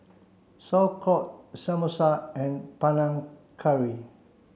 Sauerkraut Samosa and Panang Curry